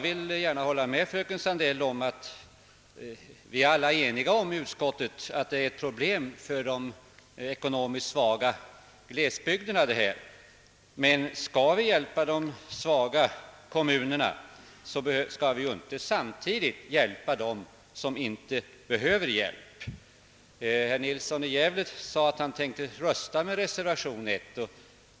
Inom utskottet är vi alla eniga om att detta är ett problem för de ekonomiskt svaga glesbygderna. Men om vi hjälper de svaga kommunerna skall vi inte samtidigt hjälpa dem som inte behöver det. Herr Nilsson i Gävle sade att han tänkte rösta på reservation I.